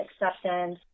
acceptance